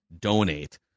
donate